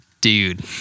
dude